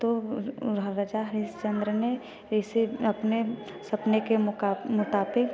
तो राजा हरिश्चंद्र ने इसे अपने सपने के मुताबिक